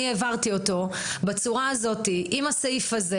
העברתי אותו בצורה הזאת ועם הסעיף הזה